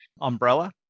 umbrella